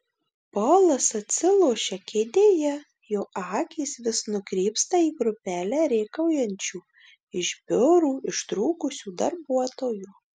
polas atsilošia kėdėje jo akys vis nukrypsta į grupelę rėkaujančių iš biurų ištrūkusių darbuotojų